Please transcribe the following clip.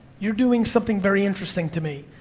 you're doing something very interesting to me.